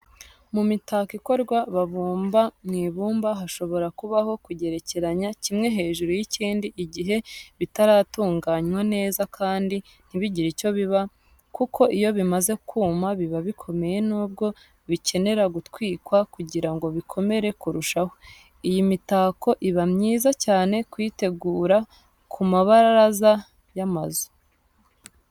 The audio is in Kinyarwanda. Mu mitako ikorwa babumba mu ibumba hashobora kubaho kugerekeranya kimwe hejuru y'ikindi igihe bitaratunganwa neza kandi ntibigire icyo biba kuko iyo bimaze kuma biba bikomeye nubwo bikenera gutwikwa kugirango bikomere kurushaho. Iyi mitako ibamyiza cyane kuyitegura ku mabaraza y'amazu.